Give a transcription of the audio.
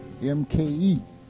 MKE